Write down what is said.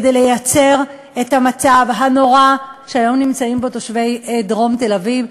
כדי לייצר את המצב הנורא שהיום נמצאים בו תושבי דרום תל-אביב,